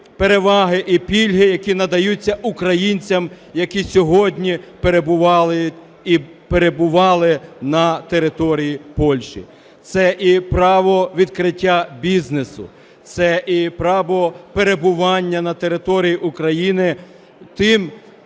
переваги і пільги, які надаються українцям, які сьогодні перебували і перебувають на території Польщі. Це і право відкриття бізнесу, це і право перебування на території України, тому